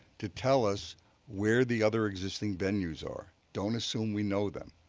to tell us where the other existing venues are. don't assume we know them.